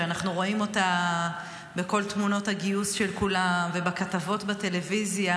שאנחנו רואים אותה בכל תמונות הגיוס של כולם ובכתבות בטלוויזיה,